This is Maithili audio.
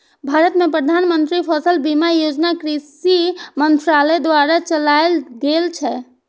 भारत मे प्रधानमंत्री फसल बीमा योजना कृषि मंत्रालय द्वारा चलाएल गेल छै